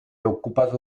occupata